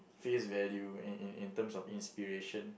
face value and and in terms of inspiration